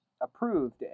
approved